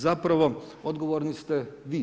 Zapravo, odgovorni ste vi.